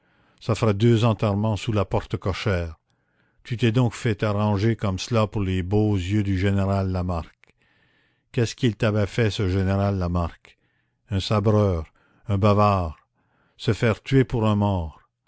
ça fera deux enterrements sous la porte cochère tu t'es donc fait arranger comme cela pour les beaux yeux du général lamarque qu'est-ce qu'il t'avait fait ce général lamarque un sabreur un bavard se faire tuer pour un mort